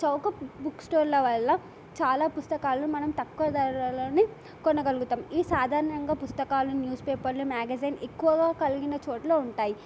చౌక బుక్ స్టోర్ల వల్ల చాలా పుస్తకాలు మనం తక్కువ ధరలోనే కొనగలుగుతాం ఇవి సాధారణంగా పుస్తకాలు న్యూస్ పేపర్లు మ్యాగజైన్ ఎక్కువగా కలిగిన చోట్ల ఉంటాయి